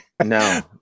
No